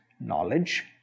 knowledge